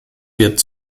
wird